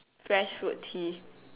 fresh fruit tea